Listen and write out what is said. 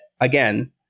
again